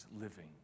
living